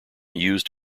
used